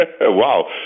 Wow